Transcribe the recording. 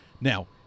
Now